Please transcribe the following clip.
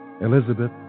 Elizabeth